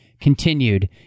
continued